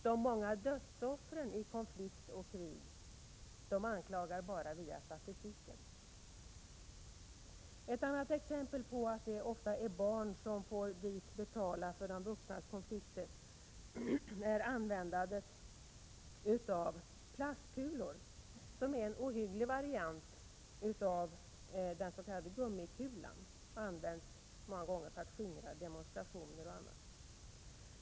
De många dödsoffren under krig och andra konflikter anklagar bara via statistiken. Ett annat exempel på att det ofta är barn som får dyrt betala för de vuxnas konflikter är användandet av plastkulor, som är en ohygglig variant av den s.k. gummikulan och ofta används för att skingra demonstrationer och annat.